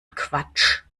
quatsch